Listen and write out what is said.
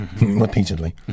repeatedly